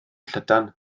llydan